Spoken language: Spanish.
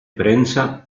prensa